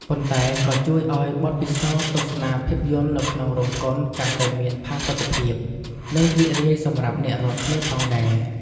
ប៉ុន្តែក៏ជួយឲ្យបទពិសោធន៍ទស្សនាភាពយន្តនៅក្នុងរោងកុនកាន់តែមានផាសុកភាព និងរីករាយសម្រាប់អ្នករាល់គ្នាផងដែរ។